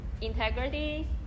integrity